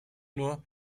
nur